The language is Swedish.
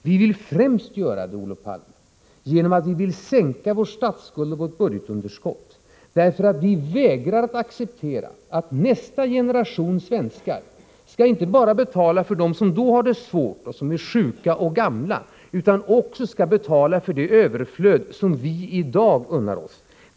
Vi vill främst göra det, Olof Palme, genom att minska vår statsskuld och vårt budgetunderskott. Vi vägrar nämligen att acceptera att nästa generation svenskar skall betala inte bara för dem som då har det svårt och som är sjuka och gamla utan också för det överflöd som vi i dag unnar oss.